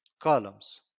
columns